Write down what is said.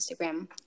Instagram